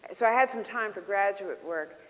so i had some time for graduate work.